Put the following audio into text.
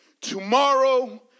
Tomorrow